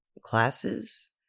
classes